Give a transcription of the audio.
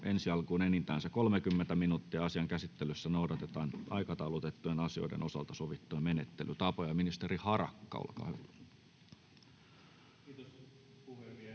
ensi alkuun enintään 30 minuuttia. Asian käsittelyssä noudatetaan aikataulutettujen asioiden osalta sovittuja menettelytapoja. — Ministeri Harakka, olkaa hyvä. Kiitos, puhemies!